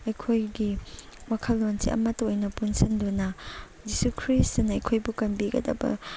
ꯑꯩꯈꯣꯏꯒꯤ ꯋꯥꯈꯜꯂꯣꯟꯁꯤ ꯑꯃꯠꯇ ꯑꯣꯏꯅ ꯄꯨꯟꯁꯤꯟꯗꯨꯅ ꯖꯤꯁꯨ ꯈ꯭ꯔꯤꯁꯅ ꯑꯩꯈꯣꯏꯕꯨ ꯀꯟꯕꯤꯒꯗꯕ